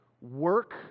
work